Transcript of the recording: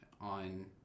on